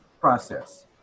process